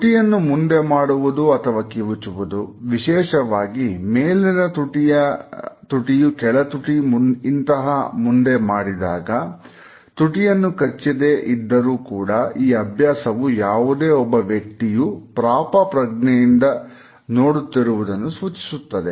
ತುಟಿಯನ್ನು ಮುಂದೆ ಮಾಡುವುದು ಅಥವಾ ಕಿವುಚುವುದು ವಿಶೇಷವಾಗಿ ಮೇಲಿನ ತುಟಿಯು ಕೆಳತುಟಿ ಇಂತಹ ಮುಂದೆ ಮಾಡಿದಾಗ ತುಟಿಯನ್ನು ಕಚ್ಚಿದ ಇದ್ದರು ಕೂಡ ಅಭ್ಯಾಸವು ಯಾವುದೇ ಒಬ್ಬ ವ್ಯಕ್ತಿಯು ಪಾಪಪ್ರಜ್ಞೆಯಿಂದ ನೋಡುತ್ತಿರುವುದನ್ನು ಸೂಚಿಸುತ್ತದೆ